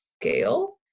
scale